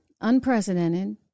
unprecedented